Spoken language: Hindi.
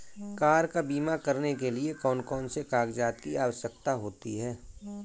कार का बीमा करने के लिए कौन कौन से कागजात की आवश्यकता होती है?